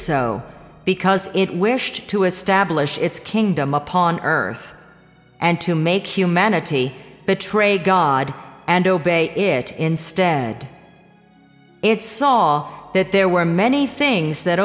so because it wished to establish its kingdom upon earth and to make humanity betray god and obey it instead its saw that there were many things that